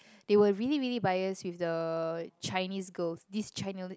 they were really really biased with the Chinese girls these Chine~